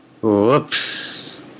Whoops